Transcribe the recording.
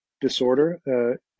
disorder